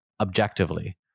objectively